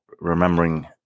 remembering